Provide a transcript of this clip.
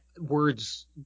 words